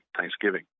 Thanksgiving